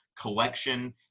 collection